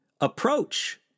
approach